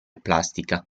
plastica